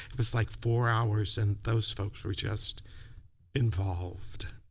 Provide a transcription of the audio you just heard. it was like four hours and those folks were just involved.